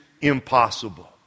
impossible